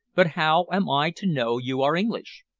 but how am i to know you are english?